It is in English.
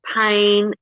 pain